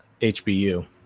HBU